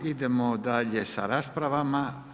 Idemo dalje sa raspravama.